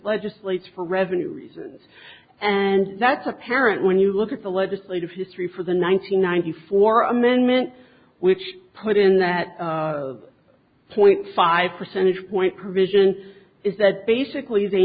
legislates for revenue reasons and that's apparent when you look at the legislative history for the nine hundred ninety four amendment which put in that point five percentage point provision is that basically they